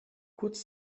kurz